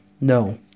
no